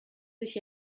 sich